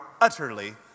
utterly